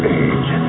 age